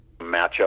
matchup